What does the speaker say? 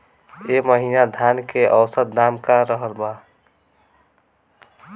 एह महीना धान के औसत दाम का रहल बा?